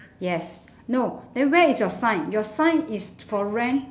yes no then where is your sign your sign is for rent